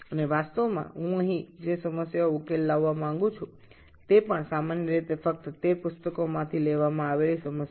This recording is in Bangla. এবং প্রকৃতপক্ষে আমি যে সমস্যাগুলি এখানে সমাধান করতে যাচ্ছি তা হল সাধারণভাবে কেবল সেই বইগুলি থেকে নেওয়া সমস্যা